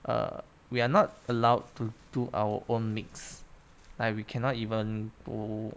we are not allowed to do our own mix like we cannot even go